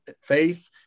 faith